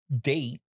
date